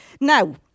Now